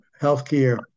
healthcare